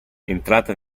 entrata